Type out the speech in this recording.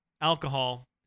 alcohol